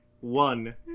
one